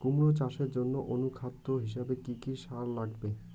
কুমড়া চাষের জইন্যে অনুখাদ্য হিসাবে কি কি সার লাগিবে?